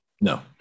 No